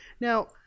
Now